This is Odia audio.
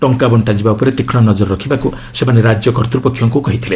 ଟଙ୍କା ବଣ୍ଟାଯିବା ଉପରେ ତୀକ୍ଷ୍କ ନଜର ରଖିବାକୁ ସେମାନେ ରାଜ୍ୟ କର୍ତ୍ତପକ୍ଷଙ୍କୁ କହିଥିଲେ